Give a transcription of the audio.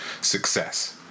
success